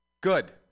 good